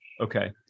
Okay